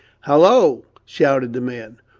hallo! shouted the man.